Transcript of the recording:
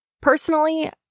Personally